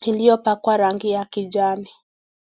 kiliopakwa rangi kijani.